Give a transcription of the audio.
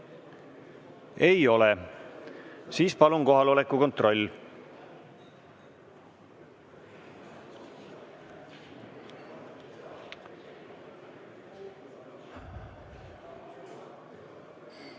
Ei ole. Siis palun kohaloleku kontroll!